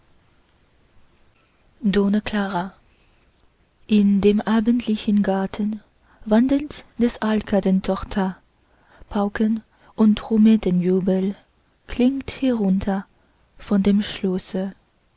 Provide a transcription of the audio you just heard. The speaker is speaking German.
clara in dem abendlichen garten wandelt des alkaden tochter pauken und trommetenjubel klingt herunter von dem